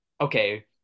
Okay